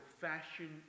fashion